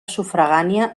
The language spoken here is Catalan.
sufragània